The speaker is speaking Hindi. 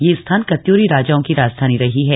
यह स्थान कत्यूरी राजाओं की राजधानी रही है